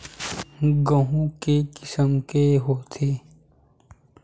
गेहूं के किसम के होथे?